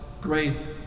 grace